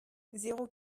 zéro